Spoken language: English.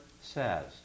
says